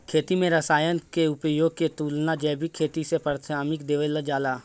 खेती में रसायनों के उपयोग के तुलना में जैविक खेती के प्राथमिकता देवल जाला